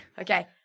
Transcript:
Okay